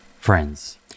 friends